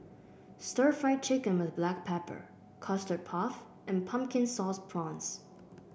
Stir Fried Chicken with Black Pepper Custard Puff and Pumpkin Sauce Prawns